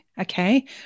okay